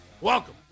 Welcome